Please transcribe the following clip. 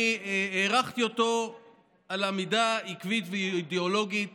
אני הערכתי אותו על עמידה עקבית ואידיאולוגית